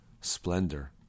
splendor